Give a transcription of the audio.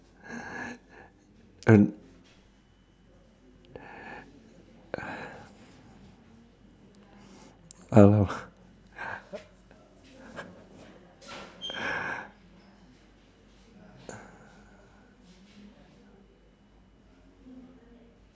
oh